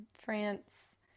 France